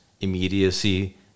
immediacy